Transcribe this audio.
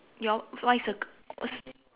your what you circle